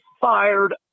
fired